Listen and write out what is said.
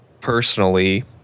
personally